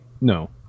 No